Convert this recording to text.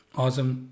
Awesome